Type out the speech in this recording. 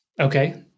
Okay